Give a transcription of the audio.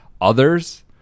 Others